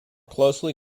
closely